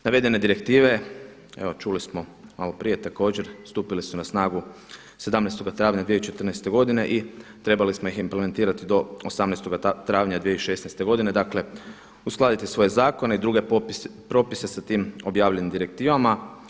Navedene direktive evo čuli smo malo prije također stupile su na snagu 17. travnja 2014. godine i trebali smo ih implementirati do 18. travnja 2016. godine, dakle uskladiti svoje zakone i druge propise sa tim objavljenim direktivama.